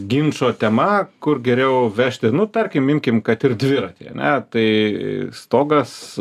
ginčo tema kur geriau vežti nu tarkim imkim kad ir dviratį ar ne tai stogas